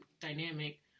dynamic